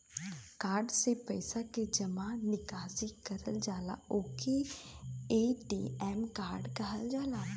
card से पइसा के जमा निकासी करल जाला ओके ए.टी.एम कार्ड कहल जाला